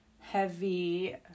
heavy